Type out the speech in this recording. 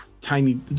tiny